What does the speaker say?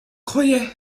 croyais